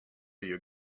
you